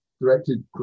directed